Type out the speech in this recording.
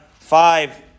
five